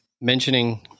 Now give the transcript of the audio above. Mentioning